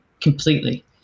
completely